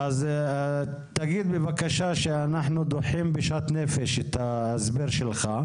תגיד בבקשה שאנחנו דוחים בשאט נפש את ההסבר שלך,